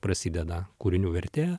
prasideda kūrinių vertė